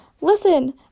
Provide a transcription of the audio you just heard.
listen